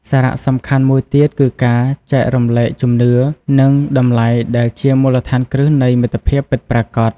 សារៈសំខាន់មួយទៀតគឺការចែករំលែកជំនឿ និងតម្លៃដែលជាមូលដ្ឋានគ្រឹះនៃមិត្តភាពពិតប្រាកដ។